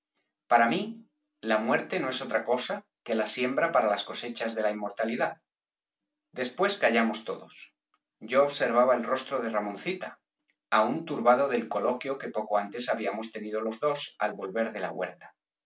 para mí la muerte no es otra cosa que la siembra para las cosechas de la inmortalidad después callamos todos yo observaba el rostro de ramoncita aun turbado del coloquio que poco antes habíamos tenido los dos al volver de la huerta